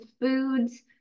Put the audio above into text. foods